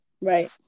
right